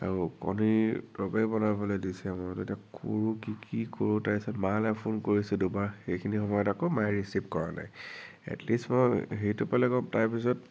আৰু কণীৰ তৰকাৰী বনাবলে দিছে মোক এতিয়া কৰো কি কি কৰো তাৰপিছত মালে ফোন কৰিছো দুবাৰ সেইখিনি সময়ত আকৌ মায়ে ৰিচিভ কৰা নাই এটলিষ্ট মই হেৰিটো পালে কম তাৰপিছত